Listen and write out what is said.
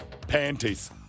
panties